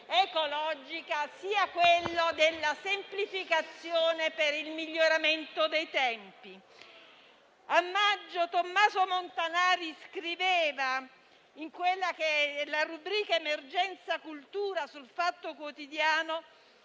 ecologica, sia quella della semplificazione per il miglioramento dei tempi. A maggio Tomaso Montanari scriveva nella rubrica «Emergenza cultura» su «Il Fatto Quotidiano»